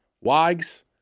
Wags